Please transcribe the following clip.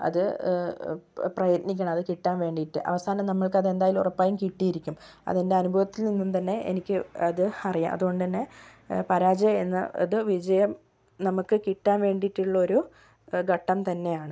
അത് പ്രയത്നിക്കണം അത് കിട്ടാൻ വേണ്ടിയിട്ട് അവസാനം നമ്മൾക്കത് എന്തായാലും ഉറപ്പായും കിട്ടിയിരിക്കും അത് എൻ്റെ അനുഭവത്തിൽ നിന്നും തന്നെ എനിക്ക് അത് അറിയാം അതുകൊണ്ടുതന്നെ പരാജയം എന്നത് വിജയം നമുക്ക് കിട്ടാൻ വേണ്ടിയിട്ടുള്ളൊരു ഘട്ടം തന്നെയാണ്